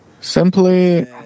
Simply